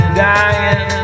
dying